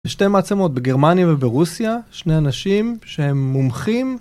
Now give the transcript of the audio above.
יש שתי מעצמות בגרמניה וברוסיה, שני אנשים שהם מומחים.